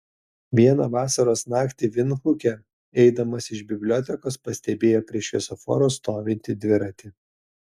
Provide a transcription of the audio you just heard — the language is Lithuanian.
vieną vasaros naktį vindhuke eidamas iš bibliotekos pastebėjo prie šviesoforo stovintį dviratį